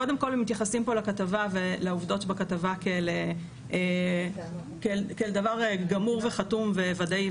קודם כל הם מתייחסים לכתבה ולעובדות שבכתבה כאל דבר גמור וחתום וודאי,